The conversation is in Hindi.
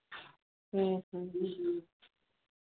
जी हाँ